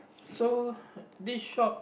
so this shop